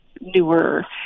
newer